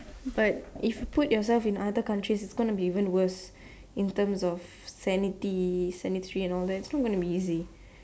but if you put yourself in other countries it's gonna be even worse in terms of sanity sanitary and all that it's not gonna be easy